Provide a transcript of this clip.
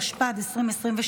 התשפ"ד 2023,